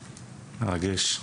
מרגש,